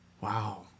Wow